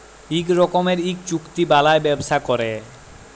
ইক রকমের ইক চুক্তি বালায় ব্যবসা ক্যরে